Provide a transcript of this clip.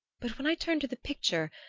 but when i turned to the picture